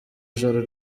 ijoro